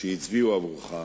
שהצביעו עבורך.